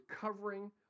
covering